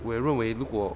我也认为如果